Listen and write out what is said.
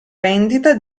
vendita